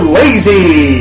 lazy